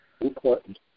important